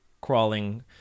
crawling